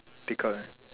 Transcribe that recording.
take out right